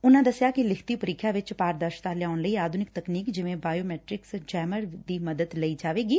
ਉਨੂਾ ਦਸਿਆ ਕਿ ਲਿਖਤੀ ਪ੍ਰੀਖਿਆ ਵਿਚ ਪਾਰਦਰਸ਼ਤਾ ਲਿਆਉਣ ਲਈ ਆਧੁਨਿਕ ਤਕਨੀਕ ਜਿਵੇਂ ਬਾਇਓ ਮੈਟ੍ਕਿਸ ਜੈਮਰ ਦੀ ਮਦਦ ਲਈ ਜਾਵੇਗੀ